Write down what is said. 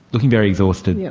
looking very exhausted. yes.